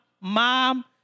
mom